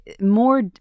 more